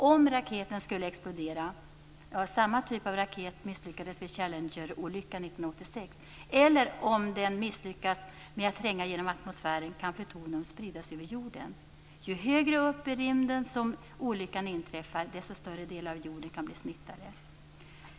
Om raketen skulle explodera - samma typ av raket misslyckades vid Challengerolyckan 1986 - eller om raketen misslyckas med att tränga igenom atmosfären, kan plutonium spridas över jorden. Ju högre upp i rymden som olyckan inträffar, desto större delar av jorden kan bli smittade.